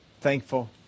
thankful